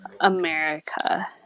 America